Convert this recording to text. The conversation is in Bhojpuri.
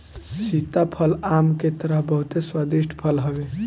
सीताफल आम के तरह बहुते स्वादिष्ट फल हवे